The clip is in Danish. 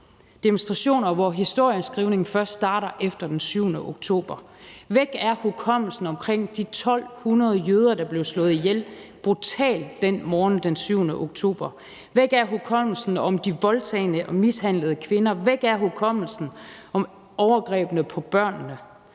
demonstrationer, hvor historieskrivningen først starter efter den 7. oktober. Væk er hukommelsen i forhold til de 1.200 jøder, der brutalt blev slået ihjel den morgen den 7. oktober. Væk er hukommelsen i forhold til de voldtagne og mishandlede kvinder. Væk er hukommelsen i forhold til overgrebene på børnene.